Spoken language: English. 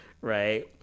right